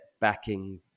backing